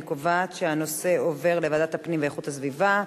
אני קובעת שהנושא עובר לוועדת הפנים והגנת הסביבה.